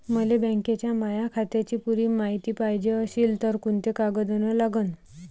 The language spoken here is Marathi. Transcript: मले बँकेच्या माया खात्याची पुरी मायती पायजे अशील तर कुंते कागद अन लागन?